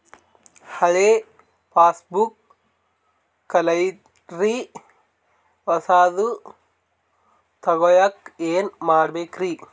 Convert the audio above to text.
ಹಳೆ ಪಾಸ್ಬುಕ್ ಕಲ್ದೈತ್ರಿ ಹೊಸದ ತಗೊಳಕ್ ಏನ್ ಮಾಡ್ಬೇಕರಿ?